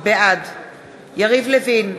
בעד יריב לוין,